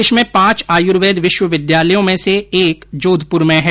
देश में पांच आयुर्वेद विश्वविद्यालयों में से एक जोधपुर में है